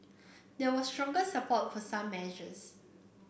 there was stronger support for some measures